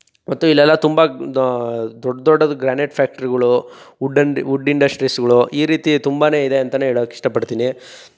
ಮತ್ತು ಇಲ್ಲೆಲ್ಲ ತುಂಬ ದೊಡ್ಡ ದೊಡ್ಡದು ಗ್ರಾನೈಟ್ ಫ್ಯಾಕ್ಟ್ರಿಗಳು ವುಡ್ಡಿನ್ದು ವುಡ್ ಇಂಡಶ್ಟ್ರೀಸ್ಗಳು ಈ ರೀತಿ ತುಂಬಾ ಇದೆ ಅಂತ ಹೇಳೋಕ್ ಇಷ್ಟಪಡ್ತೀನಿ